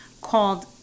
called